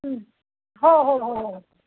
हो हो हो हो हो